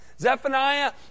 Zephaniah